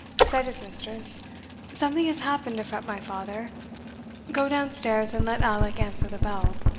said his mistress something has happened to fret my father go down stairs, and let alick answer the bell.